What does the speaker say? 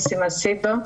ניסים אסידו.